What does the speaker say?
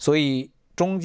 so we don't